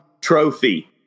Trophy